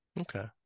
Okay